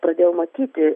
pradėjau matyti